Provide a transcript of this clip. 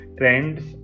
trends